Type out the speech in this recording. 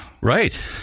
Right